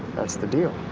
that's the deal.